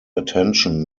attention